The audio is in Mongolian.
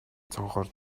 цонхоор